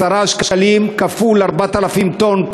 10 שקלים כפול 4,000 טונות,